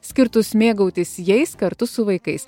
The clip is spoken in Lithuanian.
skirtus mėgautis jais kartu su vaikais